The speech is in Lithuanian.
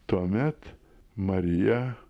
tuomet marija